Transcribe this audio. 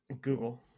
Google